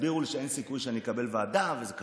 הסבירו לי שאין סיכוי שאני אקבל ועדה, וזה קשה.